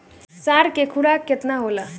साढ़ के खुराक केतना होला?